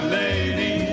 lady